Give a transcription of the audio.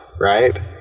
right